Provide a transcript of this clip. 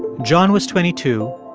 john was twenty two.